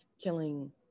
killing